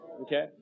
Okay